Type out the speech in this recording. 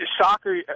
soccer